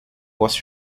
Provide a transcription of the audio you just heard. was